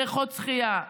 בריכות שחייה,